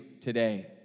today